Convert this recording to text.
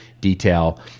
detail